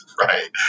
right